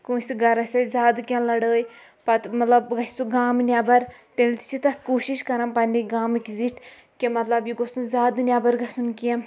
کٲنٛسہِ گَرَس اَسہِ زیادٕ کینٛہہ لَڑٲے پَتہٕ مطلب گَژھِ سُہ گامہٕ نیٚبَر تیٚلہِ تہِ چھِ تَتھ کوٗشِش کَران پنٛنہِ گامٕکۍ زِٹھۍ کہِ مطلب یہِ گوٚژھ نہٕ زیادٕ نیٚبَر گژھُن کینٛہہ